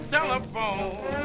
Telephone